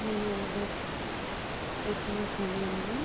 నేను ఆర్డర్ పెట్టిన సమయంలో